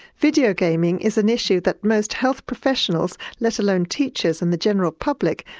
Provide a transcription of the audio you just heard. video gaming is an issue that most health professionals, let alone teachers and the general public,